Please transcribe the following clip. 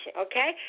okay